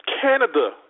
Canada